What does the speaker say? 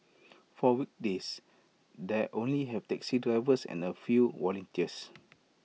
for weekdays they only have taxi drivers and A few volunteers